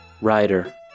Rider